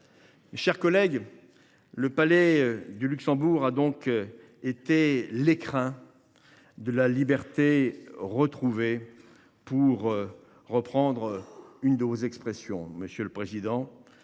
chers collègues, le Palais du Luxembourg a donc été l’écrin de la liberté retrouvée, pour reprendre l’une des expressions de notre président.